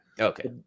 Okay